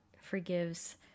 forgives